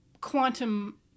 quantum